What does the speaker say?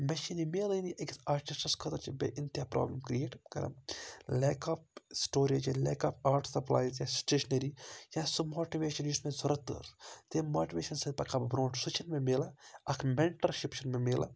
مےٚ چھِ یہِ میلٲنی أکِس آرٹِسٹَس خٲطرٕ چھِ بیٚیہِ اِنتِہا پرابلِم کِرٛییٹ کَران لیک آف سٹوریج یا لیک آف آرٹ سَپلایِز یا سٹیشنٔری یا سُہ ماٹِویشَن یُس مےٚ ضوٚرَتھ تۭر تٔمۍ ماٹِویشَن سۭتۍ پَکہا بہٕ برونٛٹھ سُہ چھُنہٕ مےٚ میلان اَکھ مٮ۪نٹَرشِپ چھِنہٕ مےٚ ملان